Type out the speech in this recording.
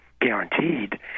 guaranteed